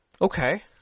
Okay